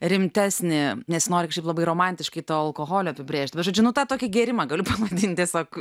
rimtesnį nesinori kažkaip labai romantiškai to alkoholio apibrėžt va žodžiu tą tokį gėrimą galiu pavadint tiesiog